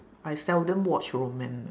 I seldom watch romance